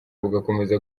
bugakomeza